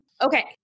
Okay